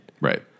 Right